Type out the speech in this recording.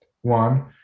one